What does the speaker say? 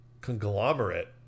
conglomerate